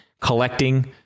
collecting